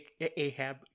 Ahab